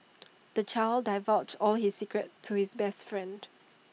the child divulged all his secrets to his best friend